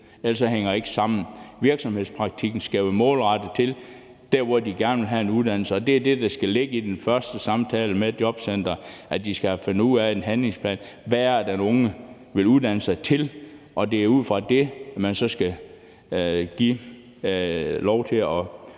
Ellers hænger det ikke sammen. Virksomhedspraktikken skal være målrettet efter, hvor de gerne vil have en uddannelse, og det er det, der skal ligge i den første samtale med jobcenteret. De skal lave en handlingsplan: Hvad er det, den unge vil uddanne sig til? Og det er ud fra det, man så skal give dem lov til at